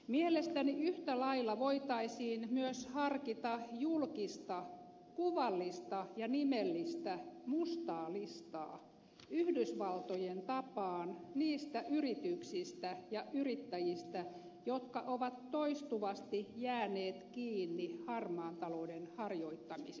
mielestäni yhtä lailla voitaisiin myös harkita julkista kuvallista ja nimellistä mustaa listaa yhdysvaltojen tapaan niistä yrityksistä ja yrittäjistä jotka ovat toistuvasti jääneet kiinni harmaan talouden harjoittamisesta